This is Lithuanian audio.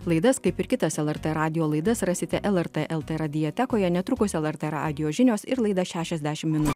laidas kaip ir kitas lrt radijo laidas rasite lrt lt radiotekoje netrukus lrt radijo žinios ir laida šešiasdešim minu